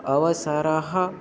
अवसरः